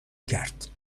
کرد